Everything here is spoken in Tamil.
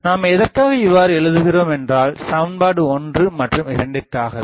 நாம் எதற்காக இவ்வாறு எழுதுகிறோம் என்றால் சமன்பாடு 1 மற்றும் சமன்பாடு 2 றிக்காகவே